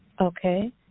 Okay